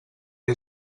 que